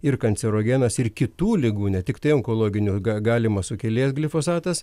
ir kancerogenas ir kitų ligų ne tiktai onkologinių ga galimas sukėlėjas glifosatas